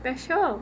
special